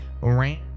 ran